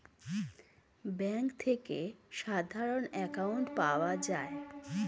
bank থেকে সাধারণ account পাওয়া যায়